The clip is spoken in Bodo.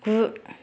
गु